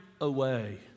away